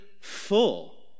full